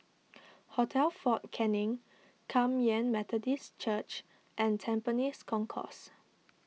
Hotel fort Canning Kum Yan Methodist Church and Tampines Concourse